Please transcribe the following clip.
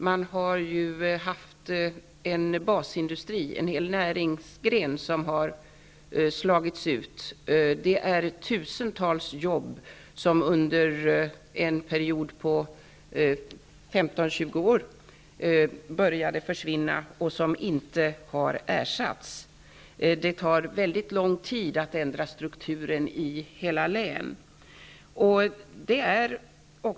Vi har där haft en basindustri, en hel näringsgren som har slagits ut. Tusentals jobb har försvunnit under en period på 15--20 år, och de har inte ersatts. Det tar lång tid att ändra struktur i hela län.